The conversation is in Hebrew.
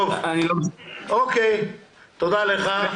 תודה לך.